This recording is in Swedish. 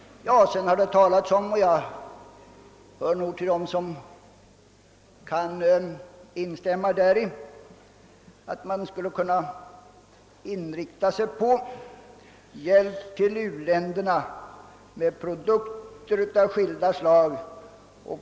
Det har talats om — och jag hör till. dem som kan instämma däri — att man skulle kunna inrikta sig på hjälp till u-länderna med produkter av skilda slag.